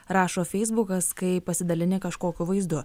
rašo feisbukas kai pasidalini kažkokiu vaizdu